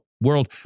world